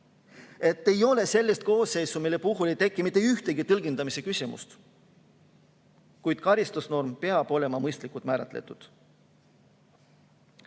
Ei ole sellist [kuriteo]koosseisu, mille puhul ei teki mitte ühtegi tõlgendamise küsimust, kuid karistusnorm peab olema mõistlikult määratletud.